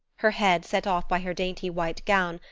her head, set off by her dainty white gown,